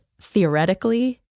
theoretically